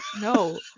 no